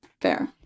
Fair